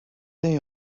day